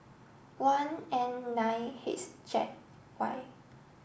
one N nine H Z Y